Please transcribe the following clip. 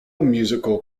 musical